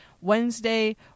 Wednesday